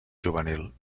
juvenil